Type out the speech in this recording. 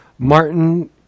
Martin